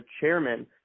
chairman